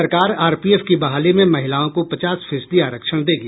सरकार आरपीएफ की बहाली में महिलाओं को पचास फीसदी आरक्षण देगी